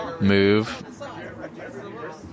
Move